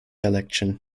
election